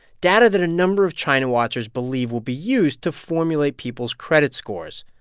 data that a number of china watchers believe will be used to formulate people's credit scores.